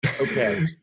Okay